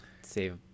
save